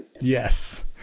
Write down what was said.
Yes